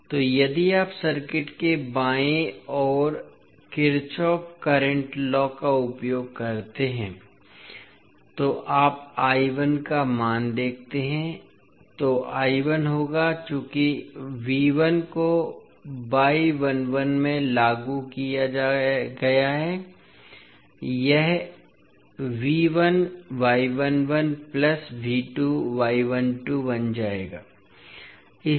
इसलिए यदि आप सर्किट के बाईं ओर किरचॉफ के करंट लॉ का उपयोग करते हैं तो आप का मान देखते हैं इसलिए होगा चूंकि को में लागू किया गया है यह बन जाएगा